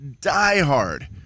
diehard